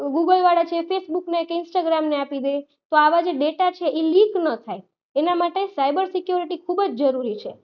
ગૂગલવાળા છે એ ફેસબુકને કે ઈન્સ્ટાગ્રામને આપી દે તો આવા જે ડેટા છે એ લીક ન થાય એના માટે સાઈબર સિક્યોરિટી ખૂબ જ જરૂરી છે